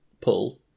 pull